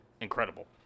incredible